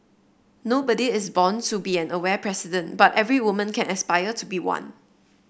nobody is born to be an aware president but every woman can aspire to be one